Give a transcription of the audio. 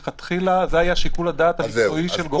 כשמלכתחילה זה היה שיקול הדעת המקצועי של גורמי המקצוע.